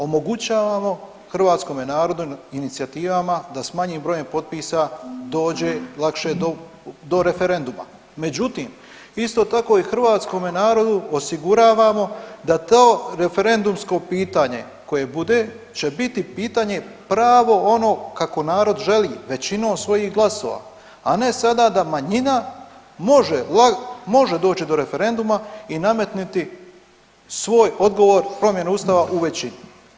Omogućavamo hrvatskome narodu, inicijativama da s manjim brojem potpisa dođe lakše do referenduma, međutim, isto tako i hrvatskome narodu osiguravamo da to referendumsko pitanje koje bude će biti pitanje pravo ono kako narod želi većinom svojih glasova, a ne sada da manjina može doći do referenduma i nametnuti svoj odgovor promjene Ustava u većini.